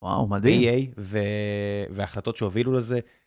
וואו מדהים, וההחלטות שהובילו לזה.